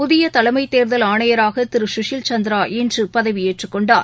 புதியதலைமைத்தேர்தல் ஆணையராகதிருகுஷில்சந்திரா இன்றுபதவியேற்றுக்கொண்டார்